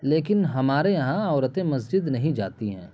لیکن ہمارے یہاں عورتیں مسجد نہیں جاتی ہیں